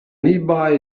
nearby